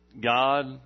God